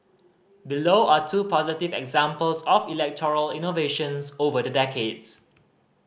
below are two positive examples of electoral innovations over the decades